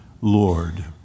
Lord